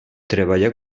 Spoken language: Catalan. treballa